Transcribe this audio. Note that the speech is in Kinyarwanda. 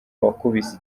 wakubise